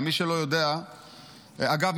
אגב,